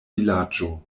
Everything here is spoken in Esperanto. vilaĝo